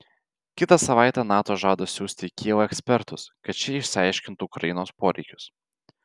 kitą savaitę nato žada siųsti į kijevą ekspertus kad šie išsiaiškintų ukrainos poreikius